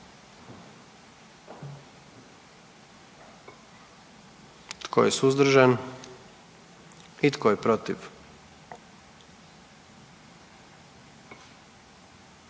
Tko je suzdržan? Tko je protiv?